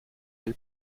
elle